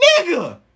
Nigga